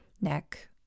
neck